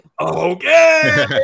okay